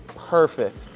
perfect.